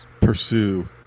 pursue